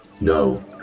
No